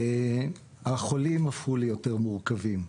החולים הפכו ליותר מורכבים.